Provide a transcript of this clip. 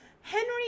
Henry